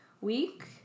week